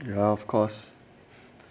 yah of course